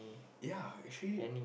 ya actually